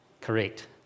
Correct